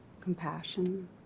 compassion